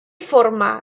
forma